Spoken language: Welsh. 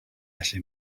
gallu